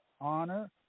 honor